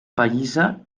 pallissa